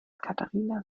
katharina